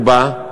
הוא בא,